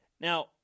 Now